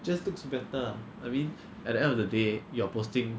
just looks better ah I mean at the end of the day you are posting